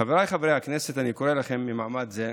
חבריי חברי הכנסת, אני קורא לכם ממעמד זה: